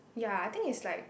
ya I think it's like